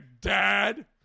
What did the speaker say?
dad